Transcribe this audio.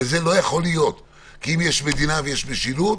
זה לא יכול להיות כי אם יש מדינה ויש משילות,